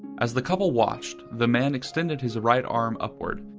as the couple watched, the man extended his right arm upward,